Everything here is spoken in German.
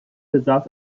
besaß